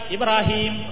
Ibrahim